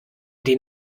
den